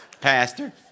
Pastor